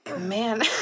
Man